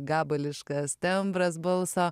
gabališkas tembras balso